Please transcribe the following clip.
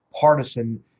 partisan